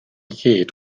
gyd